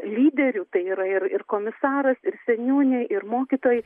lyderių tai yra ir ir komisaras ir seniūnė ir mokytojai